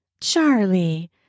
Charlie